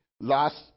Last